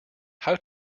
how